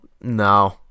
No